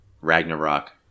Ragnarok